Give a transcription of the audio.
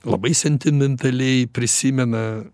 labai sentimentaliai prisimena